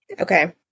Okay